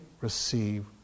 receive